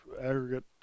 aggregate